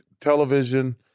television